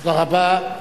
תודה רבה.